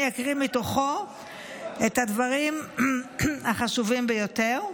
אני אקריא מתוכו את הדברים החשובים ביותר,